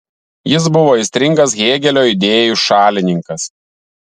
jis buvo aistringas hėgelio idėjų šalininkas